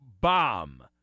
bomb